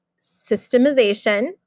systemization